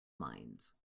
mines